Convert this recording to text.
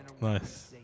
Nice